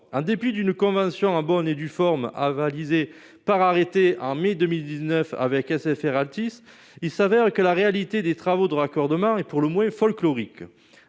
un dépit d'une convention en bonne et due forme avalisée par arrêté en mai 2019 avec SFR Altice il s'avère que la réalité des travaux de raccordement est pour le moins folklorique